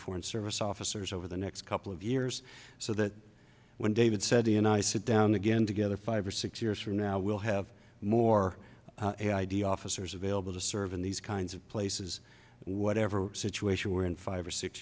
foreign service officers over the next couple of years so that when david said he and i sit down again together five or six years from now we'll have more officers available to serve in these kinds of places whatever situation we're in five or six